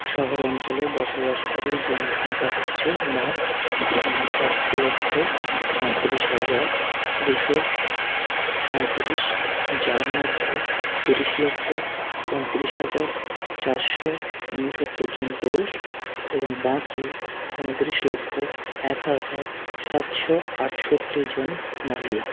শহরাঞ্চলে বসবাসকারী জনসংখ্যা হচ্ছে মোট ঊনষাট লক্ষ সাঁইত্রিশ হাজার দুশো সাঁইত্রিশ যার মধ্যে তিরিশ লক্ষ পঁয়ত্রিশ হাজার চারশো ঊনসত্তর জন পুরুষ এবং বাকি ঊনত্রিশ লক্ষ এক হাজার সাতশো আটষট্টি জন মহিলা